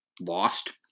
Lost